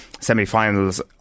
semi-finals